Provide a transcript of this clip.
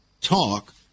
Talk